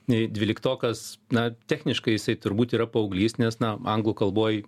nei dvyliktokas na techniškai jisai turbūt yra paauglys nes na anglų kalboj